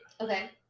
Okay